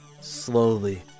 Slowly